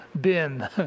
bin